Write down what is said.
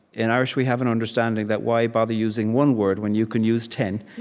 in irish, we have an understanding, that why bother using one word when you can use ten?